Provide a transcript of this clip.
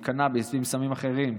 עם קנביס ועם סמים אחרים,